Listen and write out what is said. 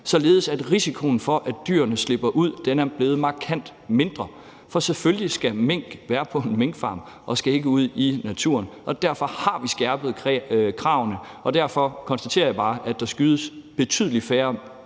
således at risikoen for, at dyrene slipper ud, er blevet markant mindre. For selvfølgelig skal mink være på en minkfarm og skal ikke ud i naturen, og derfor har vi skærpet kravene, og derfor konstaterer jeg bare, at der skydes betydelig færre